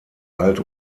alt